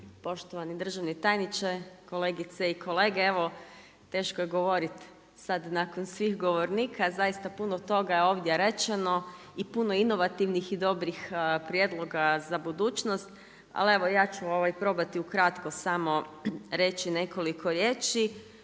poštovani državni tajniče, kolegice i kolege. Teško je govoriti sada nakon svih govornika, zaista puno toga je ovdje rečeno i puno inovativnih i dobrih prijedloga za budućnost. Ali evo ja ću probati ukratko reći nekoliko riječi.